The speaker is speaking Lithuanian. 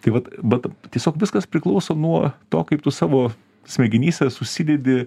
tai vat bet tiesiog viskas priklauso nuo to kaip tu savo smegenyse susidedi